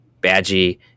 Badgie